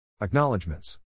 Acknowledgements